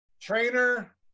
trainer